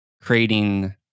creating